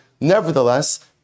Nevertheless